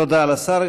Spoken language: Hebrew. תודה לשר.